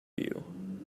you